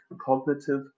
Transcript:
Cognitive